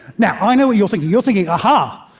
now, i know what you're thinking. you're thinking, aha,